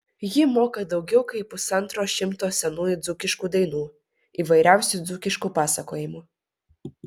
ji moka daugiau kaip pusantro šimto senųjų dzūkiškų dainų įvairiausių dzūkiškų pasakojimų